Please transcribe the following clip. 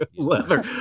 Leather